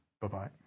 Bye-bye